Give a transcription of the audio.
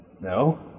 No